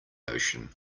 ocean